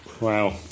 Wow